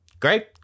great